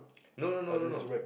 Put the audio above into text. no no no no no